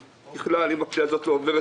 ככלל אם הפנייה הזאת לא עוברת